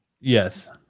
yes